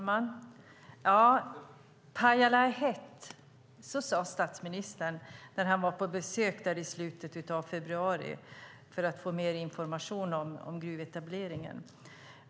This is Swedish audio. Fru talman! Pajala är hett. Så sade statsministern när han var på besök i slutet av februari för att få mer information om gruvetableringen.